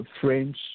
French